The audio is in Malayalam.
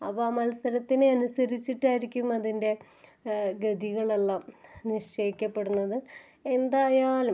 അപ്പോൾ ആ മത്സരത്തിനെ അനുസരിച്ചിട്ടായിരിക്കും അതിൻ്റെ ഗതികളെല്ലാം നിശ്ചയിക്കപ്പെടുന്നത് എന്തായാലും